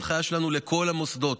זאת הנחיה שלנו לכל המוסדות,